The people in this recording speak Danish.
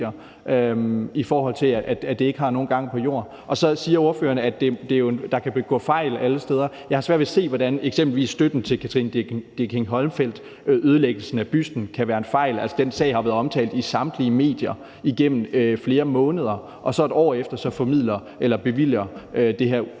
i forhold til at det ikke har nogen gang på jord. Så siger ordføreren, at der kan blive begået fejl alle steder. Jeg har svært ved at se, hvordan eksempelvis støtten til Katrine Dirckinck-Holmfeld – ødelæggelsen af busten – kan være en fejl. Altså, den sag har været omtalt i samtlige medier igennem flere måneder, og så et år efter bevilger det her udvalg